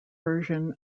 version